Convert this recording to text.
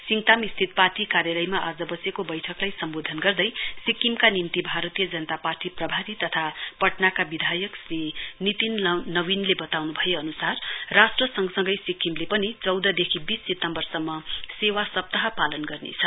सिङताम स्थित पार्टी कार्यलयमा आज वसेको बैठकलाई सम्वोधन गर्दै सिक्किमका निम्ति भारतीय जनता पार्टी प्रभारी तथा पटनाका विधायक श्री नितिन नवीनले बताउन् भए अनुसार राष्ट्र सँगसँगै सिक्किमले पनि चौधदेखि वीस सितम्बरसम्म सेवा सप्ताह पालन गर्नेछ